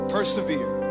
Persevere